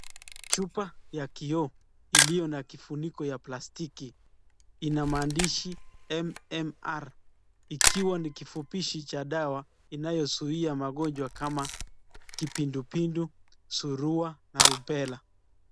Chupa ya kioo iliyo na kifuniko ya plastiki, ina maandishi MMR ikiwa ni kifupishi cha dawa inayozuia magonjwa kama kipindupindu, surua na rubela.